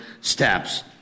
steps